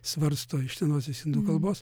svarsto iš senosios indų kalbos